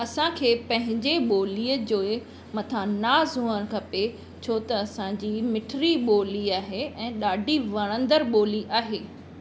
असांखे पंहिंजे ॿोलीअ जे मथां नाज़ हुअणु खपे छो त असांजी मिठड़ी ॿोली आहे ऐं ॾाढी वणंदड़ु ॿोली आहे